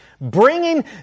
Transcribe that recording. Bringing